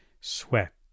sweat